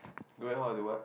how do what